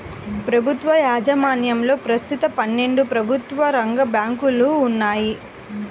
ప్రభుత్వ యాజమాన్యంలో ప్రస్తుతం పన్నెండు ప్రభుత్వ రంగ బ్యాంకులు ఉన్నాయి